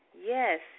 Yes